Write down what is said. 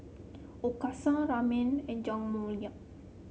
okinawa Ramen and Jajangmyeon